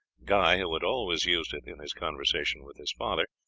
guy, who had always used it in his conversation with his father,